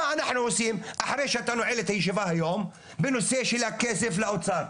מה אנחנו עושים אחרי שאתה נועל את הישיבה היום בנושא של הכסף לאוצר?